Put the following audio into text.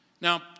Now